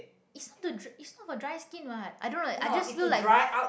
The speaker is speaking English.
it's not to dr~ it's not for dry skin what I don't know I just feel like